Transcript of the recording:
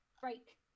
break